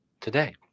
today